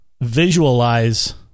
visualize